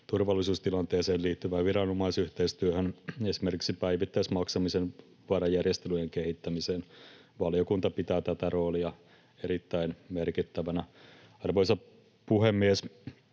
turvallisuustilanteeseen liittyvään viranomaisyhteistyöhön, esimerkiksi päivittäismaksamisen varajärjestelyjen kehittämiseen. Valiokunta pitää tätä roolia erittäin merkittävänä. Arvoisa puhemies!